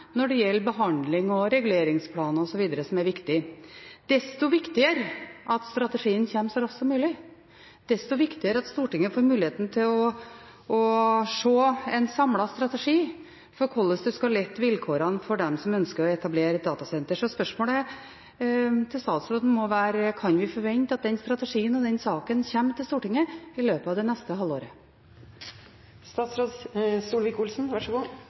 når det gjelder behandling og reguleringsplaner osv., som er viktig – desto viktigere at strategien kommer så raskt som mulig, desto viktigere at Stortinget får muligheten til å se en samlet strategi for hvordan man skal lette vilkårene for dem som ønsker å etablere et datasenter. Så spørsmålet til statsråden må være: Kan vi forvente at den strategien og den saken kommer til Stortinget i løpet av det neste halvåret? Som nevnt mener jeg det er naturlig at vi har dette med i statsbudsjettet. Så